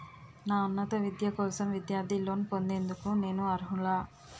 నా ఉన్నత విద్య కోసం విద్యార్థి లోన్ పొందేందుకు నేను అర్హులా?